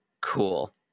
Cool